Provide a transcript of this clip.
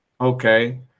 okay